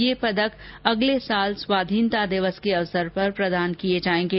ये पदक अगले साल स्वाधीनता दिवस के अवसर पर प्रदान किये जायेंगे